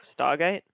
Stargate